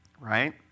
right